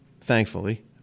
thankfully